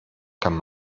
kann